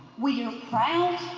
we are proud,